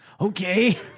Okay